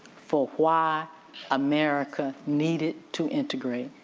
for why america needed to integrate.